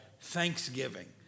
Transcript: Thanksgiving